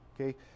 Okay